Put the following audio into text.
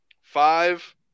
Five